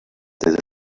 did